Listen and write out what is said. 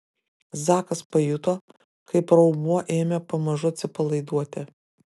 zakas pajuto kaip raumuo ėmė pamažu atsipalaiduoti